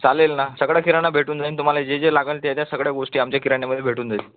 चालेल ना सगळा किराणा भेटून जाईल तुम्हाला जे जे लागेल ते ते सगळ्या गोष्टी आमच्या किराणामध्ये भेटून जाईल